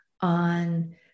on